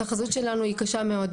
התחזית שלנו היא קשה מאוד,